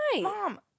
Mom